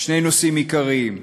נושאים עיקריים.